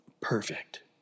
perfect